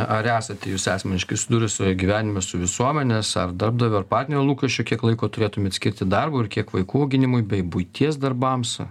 ar esate jūs asmeniškai susidūrus gyvenime su visuomenės ar darbdavio ar partnerio lūkesčiu kiek laiko turėtumėt skirti darbui ir kiek vaikų auginimui bei buities darbams